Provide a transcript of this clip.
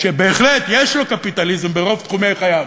שבהחלט יש לו קפיטליזם ברוב תחומי חייו,